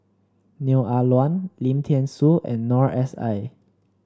Neo Ah Luan Lim Thean Soo and Noor S I